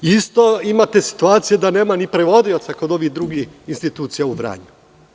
Isto imate situaciju da nema ni prevodioca kod ovih drugih institucija u Vranju.